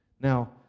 Now